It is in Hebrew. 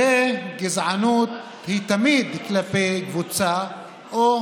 הרי גזענות היא תמיד כלפי קבוצה או